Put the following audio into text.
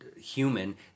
human